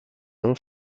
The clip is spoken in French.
non